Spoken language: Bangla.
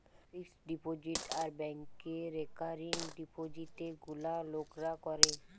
ফিক্সড ডিপোজিট আর ব্যাংকে রেকারিং ডিপোজিটে গুলা লোকরা করে